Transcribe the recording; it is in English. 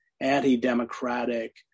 anti-democratic